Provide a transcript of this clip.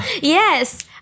Yes